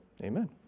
Amen